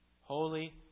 holy